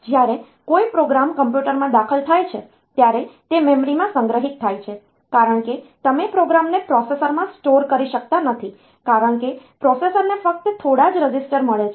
જ્યારે કોઈ પ્રોગ્રામ કમ્પ્યુટરમાં દાખલ થાય છે ત્યારે તે મેમરીમાં સંગ્રહિત થાય છે કારણ કે તમે પ્રોગ્રામને પ્રોસેસરમાં સ્ટોર કરી શકતા નથી કારણ કે પ્રોસેસરને ફક્ત થોડા જ રજિસ્ટર મળે છે